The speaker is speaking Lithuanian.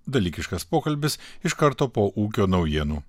dalykiškas pokalbis iš karto po ūkio naujienų